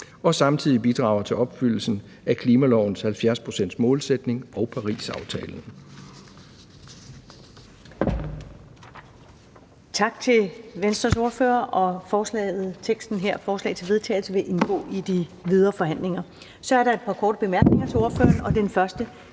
og samtidig bidrager til opfyldelsen af klimalovens 70 pct.-målsætning og Parisaftalen.«